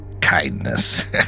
Kindness